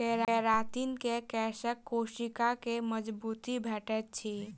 keratin से केशक कोशिका के मजबूती भेटैत अछि